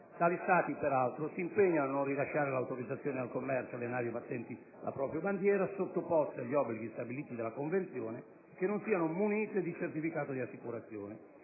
Tali Stati, peraltro, si impegnano a non rilasciare l'autorizzazione al commercio alle navi battenti la propria bandiera, sottoposte agli obblighi stabiliti dalla Convenzione, che non siano munite di certificato di assicurazione;